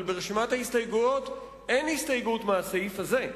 אבל ברשימת ההסתייגויות אין הסתייגות מהסעיף הזה,